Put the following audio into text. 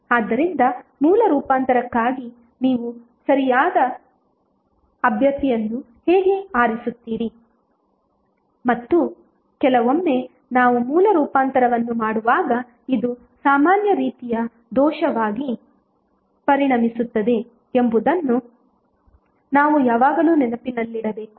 ಆದ್ದರಿಂದ ಮೂಲ ರೂಪಾಂತರಕ್ಕಾಗಿ ನೀವು ಸರಿಯಾದ ಅಭ್ಯರ್ಥಿಯನ್ನು ಹೇಗೆ ಆರಿಸುತ್ತೀರಿ ಮತ್ತು ಕೆಲವೊಮ್ಮೆ ನಾವು ಮೂಲ ರೂಪಾಂತರವನ್ನು ಮಾಡುವಾಗ ಇದು ಸಾಮಾನ್ಯ ರೀತಿಯ ದೋಷವಾಗಿ ಪರಿಣಮಿಸುತ್ತದೆ ಎಂಬುದನ್ನು ನಾವು ಯಾವಾಗಲೂ ನೆನಪಿನಲ್ಲಿಡಬೇಕು